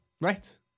Right